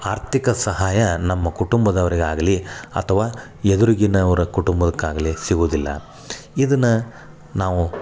ಆರ್ಥಿಕ ಸಹಾಯ ನಮ್ಮ ಕುಟುಂಬದವ್ರಿಗೆ ಆಗಲಿ ಅಥವಾ ಎದುರಿಗಿನವರ ಕುಟುಂಬಕ್ಕಾಗಲಿ ಸಿಗುವುದಿಲ್ಲ ಇದನ್ನು ನಾವು